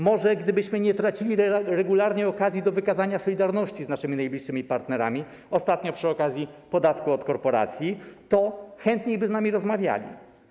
Może gdybyśmy nie tracili regularnie okazji do wykazania solidarności z naszymi najbliższymi partnerami, ostatnio przy okazji podatku od korporacji, to chętniej by z nami rozmawiali.